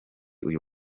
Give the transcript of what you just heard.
uyu